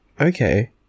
Okay